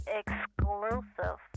exclusive